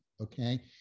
Okay